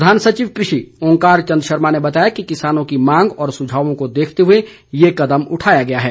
प्रधान सचिव कृषि ओंकार चंद शर्मा ने बताया है कि किसानों की मांग और सुझावों को देखते हुए ये कदम उठाया गया है